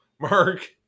Mark